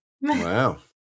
Wow